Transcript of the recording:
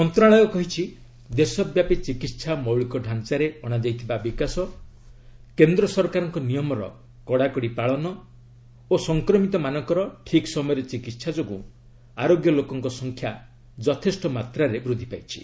ମନ୍ତ୍ରଣାଳୟ କହିଛି ଦେଶବ୍ୟାପୀ ଚିକିତ୍ସା ମୌଳିକ ଢାଞ୍ଚାରେ ଅଣାଯାଇଥିବା ବିକାଶ କେନ୍ଦ୍ର ସରକାରଙ୍କ ନିୟମର କଡ଼ାକଡ଼ି ପାଳନ ଓ ସଂକ୍ରମିତମାନଙ୍କର ଠିକ୍ ସମୟରେ ଚିକିତ୍ସା ଯୋଗୁଁ ଆରୋଗ୍ୟ ଲୋକଙ୍କ ସଂଖ୍ୟା ଯଥେଷ୍ଟ ମାତ୍ରାରେ ବୃଦ୍ଧି ପାଇଛି